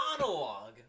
Monologue